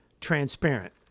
transparent